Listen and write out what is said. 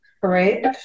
Great